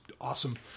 awesome